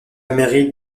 mairie